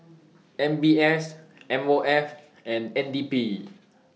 M B S M O F and N D P